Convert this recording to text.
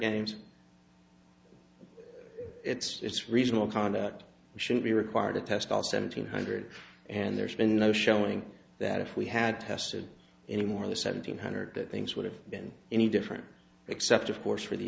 games it's reasonable conduct we should be required to test all seven hundred and there's been no showing that if we had tested any more of the seven hundred that things would have been any different except of course for the